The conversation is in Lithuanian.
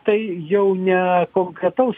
tai jau ne konkretaus